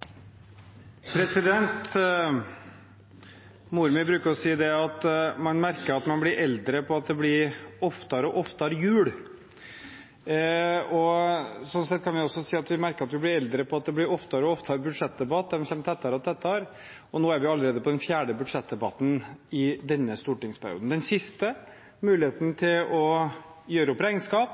også si at vi merker at vi blir eldre på at det blir oftere og oftere budsjettdebatt. De kommer tettere og tettere, og nå er vi allerede på den fjerde budsjettdebatten i denne stortingsperioden – den siste muligheten til å gjøre opp regnskap,